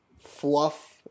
fluff